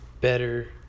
better